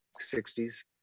60s